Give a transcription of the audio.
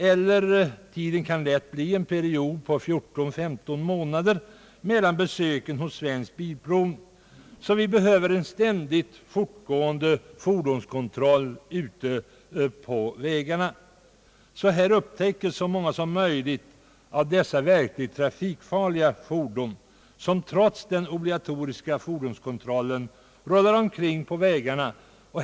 För övrigt kan det lätt bli en period på 14—13 irånader mellan besöken hos Svensk bilprovning. Det behövs därför en ständigt fortgående fordonskontroll ute på vägarna, så att så många som möjligt av de verkligt trafikfarliga fordon som trots den obligatoriska fordonskontrollen rullar omkring på vägarna blir upptäckta.